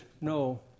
no